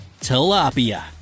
Tilapia